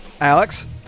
Alex